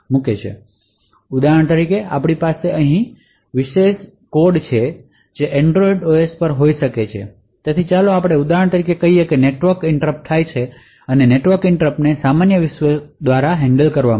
તેથી ઉદાહરણ તરીકે આપણી પાસે અહીં વિશેષાધિકૃત કોડ છે Android ઓએસ પર હોઈ શકે તેથી ચાલો આપણે ઉદાહરણ તરીકે કહીએ કે નેટવર્ક ઇનટ્રપટ થાય છે અને નેટવર્ક ઇનટ્રપટને સામાન્ય વિશ્વ દ્વારા હેન્ડલ કરવા માટે ગોઠવવામાં આવે છે